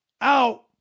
out